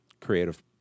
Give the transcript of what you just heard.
creative